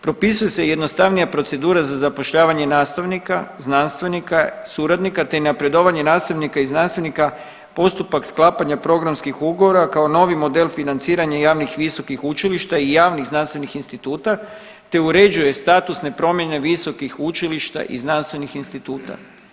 Propisuje se jednostavnija procedura za zapošljavanje nastavnika, znanstvenika suradnika te napredovanje nastavnika i znanstvenika postupak sklapanja programskih ugovora kao novi model financiranja javnih visokih učilišta i javnih znanstvenih instituta te uređuje statusne promjene visokih učilišta i znanstvenih instituta.